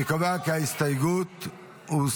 אני קובע כי ההסתייגות הוסרה.